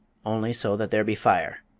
only so that there be fire.